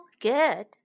good